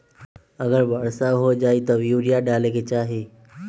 अगर वर्षा हो जाए तब यूरिया डाले के चाहि?